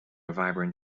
vibrant